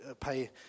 pay